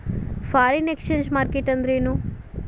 Foreign exchange market ಅಂದ್ರೇನು?